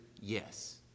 Yes